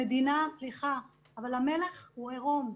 המדינה, סליחה, אבל המלך הוא עירום.